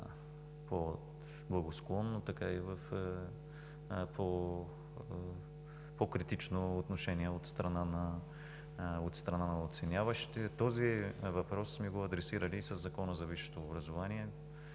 по-благосклонно, така и с по-критично отношение от страна на оценяващите. Този въпрос сме го адресирали и в Закона за висшето образование.